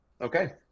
okay